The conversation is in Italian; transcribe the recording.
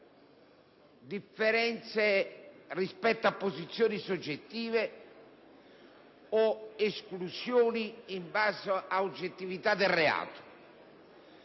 differenze rispetto a posizioni soggettive o esclusioni in base ad oggettività del reato.